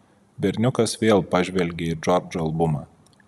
berniukas vėl pažvelgė į džordžo albumą